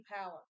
power